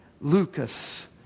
Lucas